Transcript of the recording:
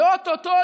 ואו-טו-טו,